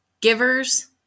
givers